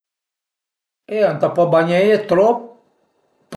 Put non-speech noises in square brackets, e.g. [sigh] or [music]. [hesitation] Ëntà pa bagneie trop